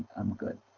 i'm good.